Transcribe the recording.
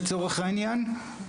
לצורך העניין,